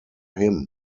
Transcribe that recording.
him